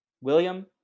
William